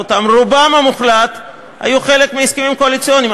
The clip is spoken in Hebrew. רובם המוחלט היו חלק מהסכמים קואליציוניים.